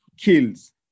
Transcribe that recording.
kills